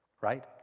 Right